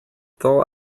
thaw